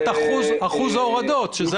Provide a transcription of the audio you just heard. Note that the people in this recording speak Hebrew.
באחוז ההורדות?